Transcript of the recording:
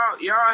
Y'all